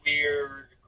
weird